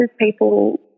people